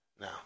Now